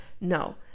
No